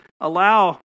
allow